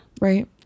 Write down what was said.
Right